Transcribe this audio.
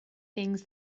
things